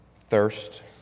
Thirst